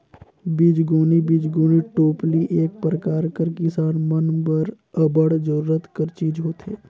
बीजगोनी बीजगोनी टोपली एक परकार कर किसान मन बर अब्बड़ जरूरत कर चीज होथे